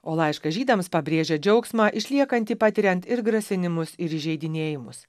o laiškas žydams pabrėžia džiaugsmą išliekantį patiriant ir grasinimus ir įžeidinėjimus